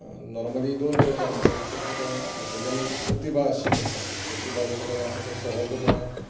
normally दोन तरेचें आसता एक तर तुका भितरल्ल्यान प्रतिभा आसची पडटा ती प्रतिभा जाचे कडेन आसा तो सहजपणान